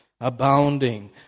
Abounding